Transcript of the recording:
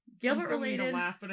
Gilbert-related